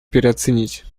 переоценить